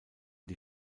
die